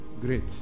Great